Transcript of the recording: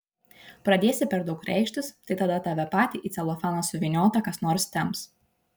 pradėsi per daug reikštis tai tada tave patį į celofaną suvyniotą kas nors temps